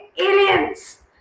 aliens